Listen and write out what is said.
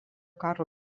karo